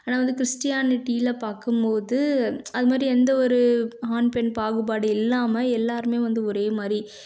ஆனால் வந்து கிறிஸ்டியானிட்டியில பார்க்கும்போது அதமாதிரி எந்த ஒரு ஆண் பெண் பாகுபாடு இல்லாமல் எல்லோருமே வந்து ஒரே மாதிரி